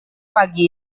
pagi